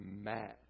mad